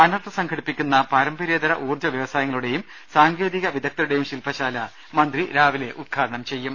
അനർട് സംഘടിപ്പിക്കുന്ന പാരമ്പര്യേതര ഊർജ്ജവ്യവസായങ്ങളുടേയും സാങ്കേതിക വിദഗ്ധരുടേയും ശിൽപശാല മന്ത്രി രാവിലെ ഉദ്ഘാ ടനം ചെയ്യും